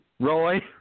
Roy